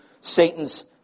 Satan's